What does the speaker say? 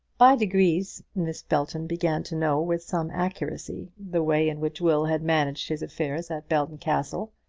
by degrees miss belton began to know with some accuracy the way in which will had managed his affairs at belton castle,